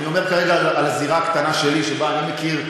אני אומר כרגע על הזירה הקטנה שאני מכיר,